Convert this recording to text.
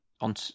on